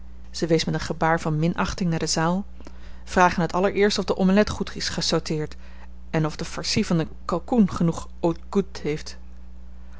zij wees met een gebaar van minachting naar de zaal vragen het allereerst of de ommelet goed is gesauteerd en of de farci van den kalkoen genoeg haut goût heeft